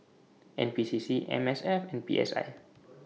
N P C C M S F and P S I